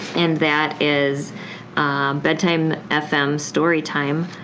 and that is bedtime fm storytime.